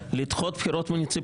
חוק לדחות את הבחירות המוניציפליות.